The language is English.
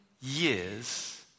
years